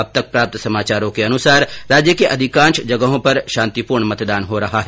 अब तक प्राप्त समाचारों के अनुसार राज्य के अधिकांश जगहों पर शांतिपूर्ण मतदान हो रहा है